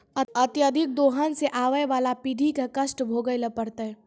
अत्यधिक दोहन सें आबय वाला पीढ़ी क कष्ट भोगै ल पड़तै